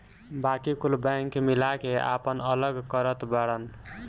बाकी कुल बैंक मिला के आपन अलग करत बाड़न